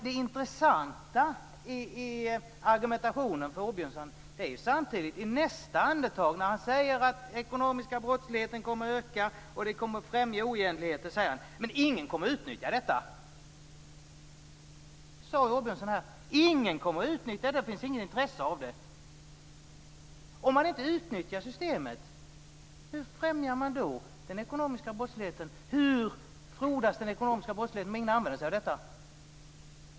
Det intressanta i argumentationen från Åbjörnsson är när han i nästa andetag säger att den ekonomiska brottsligheten kommer att öka och att oegentligheter kommer att främjas - men ingen kommer att utnyttja detta! Det finns inget intresse. Om man inte utnyttjar systemet, hur främjar man då den ekonomiska brottsligheten? Hur frodas den ekonomiska brottsligheten om ingen använder sig av detta?